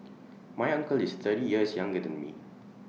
my uncle is thirty years younger than me